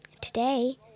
Today